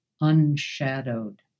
unshadowed